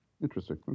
Interesting